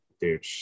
Dude